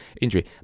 injury